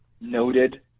noted